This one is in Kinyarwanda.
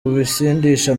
bisindisha